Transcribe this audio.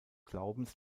glaubens